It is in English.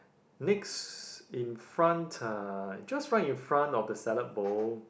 next in front uh just right in front of the salad bowl